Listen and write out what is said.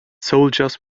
soldiers